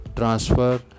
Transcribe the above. transfer